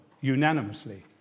unanimously